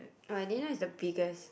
oh I didn't know it's the biggest